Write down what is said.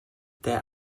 der